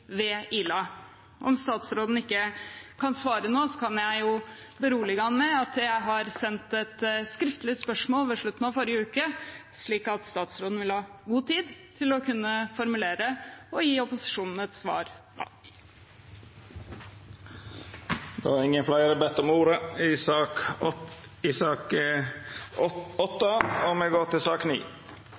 ved Ila. Om statsråden ikke kan svare nå, kan jeg berolige ham med at jeg sendte et skriftlig spørsmål i slutten av forrige uke, slik at statsråden vil ha god tid til å kunne formulere og gi opposisjonen et svar. Fleire har ikkje bedt om ordet til sak nr. 8. Etter ynske frå justiskomiteen vil presidenten føreslå at taletida vert avgrensa til 3 minutt til kvar partigruppe og 3 minutt til